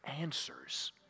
answers